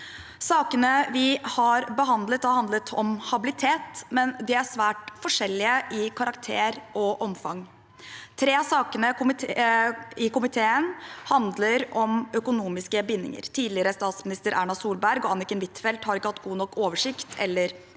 Sakene vi har behandlet, har handlet om habilitet, men de er svært forskjellige i karakter og omfang. Tre av sakene handler om økonomiske bindinger. Tidligere statsminister Erna Solberg og Anniken Huitfeldt har ikke hatt god nok oversikt, eller vilje